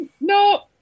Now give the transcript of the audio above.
no